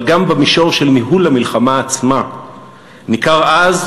אבל גם במישור של ניהול המלחמה עצמה ניכר אז,